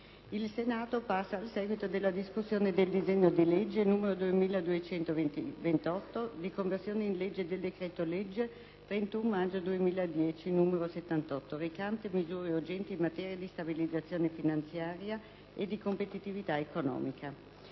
Il Senato, in sede di esame del disegno di legge n. 2228 «Conversione in legge del decreto legge 31 maggio 2010, n. 78, recante misure urgenti in materia di stabilizzazione finanziaria e di competitività economica»,